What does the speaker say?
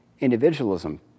individualism